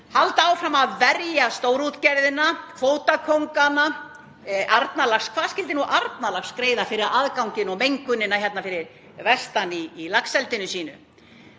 halda áfram að verja stórútgerðina, kvótakóngana. Hvað skyldi nú Arnarlax greiða fyrir aðganginn og mengunina fyrir vestan í laxeldinu sínu?